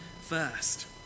first